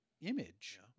image